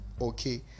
okay